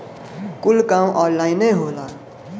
कुल काम ऑन्लाइने होला